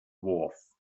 wurf